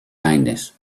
kindness